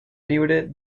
libre